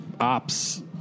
ops